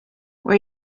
where